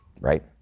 right